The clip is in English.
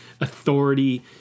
authority